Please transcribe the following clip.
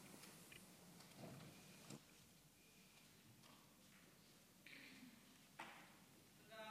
תודה